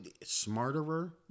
Smarterer